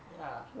ya